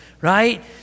right